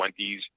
20s